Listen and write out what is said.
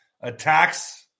attacks